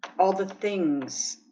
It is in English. all the things